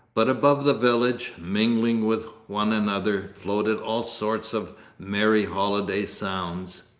but above the village, mingling with one another, floated all sorts of merry holiday sounds.